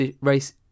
race